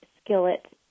skillet